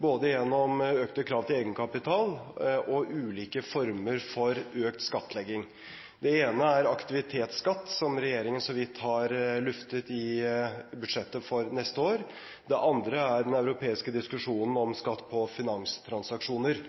både gjennom økte krav til egenkapital og gjennom ulike former for økt skattlegging. Det ene er aktivitetsskatt, som regjeringen så vidt har luftet i budsjettet for neste år. Det andre er den europeiske diskusjonen om skatt på finanstransaksjoner.